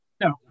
No